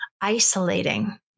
isolating